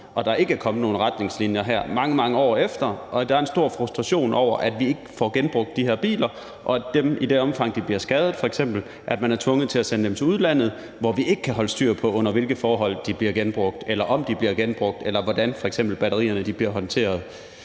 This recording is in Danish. at der ikke er kommet nogen retningslinjer her mange, mange år efter. Og der er en stor frustration over, at vi ikke får genbrugt de her biler, og at man i det omfang, de bliver skadet, er tvunget til at sende dem til udlandet, hvor vi ikke kan holde styr på, under hvilke forhold de bliver genbrugt, eller om de bliver genbrugt, eller f.eks. hvordan batterierne bliver håndteret.